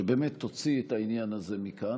שבאמת תוציא את העניין הזה מכאן,